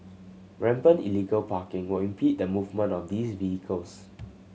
rampant illegal parking will impede the movement of these vehicles